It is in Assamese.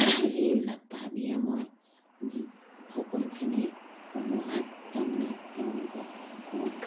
এইবিলাক ভাবিয়ে মই সেই সকলোখিনি সমূহীয়াকৈ তাৰমানে তেওঁলোকক কওঁ